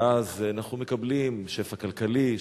ואז אנחנו מקבלים שפע כלכלי,